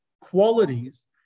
qualities